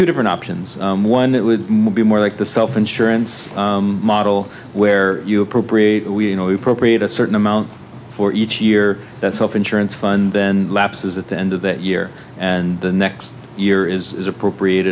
the different options one that would be more like the self insurance model where you appropriate we know we appropriate a certain amount for each year that self insurance fund then lapses at the end of that year and the next year is appropriate